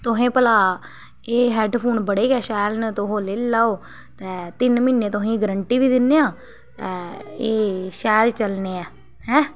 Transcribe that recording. तोहें भला एह् हैडफोन बड़े गै शैल न तुह लेई लैओ ते तिन्न म्हीने तोहें गी गरंटी बी दिन्नेआं एह् शैल चलने ऐ हैं